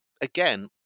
again